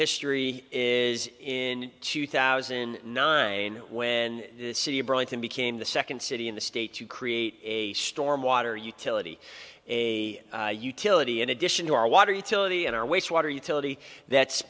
history is in two thousand and nine when the city of burlington became the second city in the state to create a storm water utility a utility in addition to our water utility and our wastewater utility that's